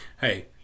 hey